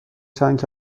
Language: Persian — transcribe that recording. چند